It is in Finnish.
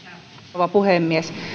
rouva puhemies